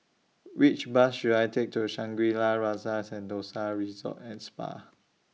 Which Bus should I Take to Shangri La's Rasa Sentosa Resort and Spa